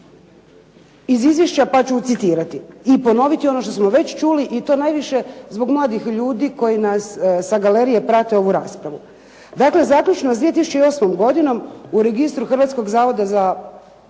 iz izvješća, pa ću citirati i ponoviti već ono što smo već čuli i to najviše zbog mladih ljudi koji nas sa galerije prate ovu raspravu. Dakle, zaključno s 2008. godinom u registru Hrvatskog zavoda za